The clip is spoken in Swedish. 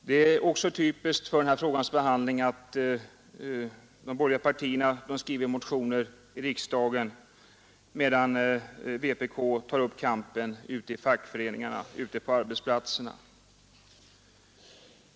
Det är också typiskt för den här frågans behandling att de borgerliga partierna skriver motioner i riksdagen, medan vpk tar upp kampen ute i fackföreningarna, ute på arbetsplatserna.